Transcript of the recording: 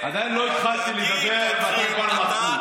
עדיין לא התחלתי לדבר ואתה כבר לחוץ.